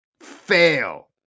Fail